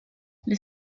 les